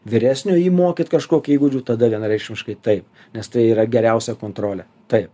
vyresnio jį mokyt kažkokių įgūdžių tada vienareikšmiškai taip nes tai yra geriausia kontrolė taip